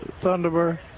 thunderbird